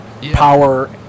power